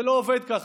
זה לא עובד ככה.